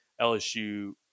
LSU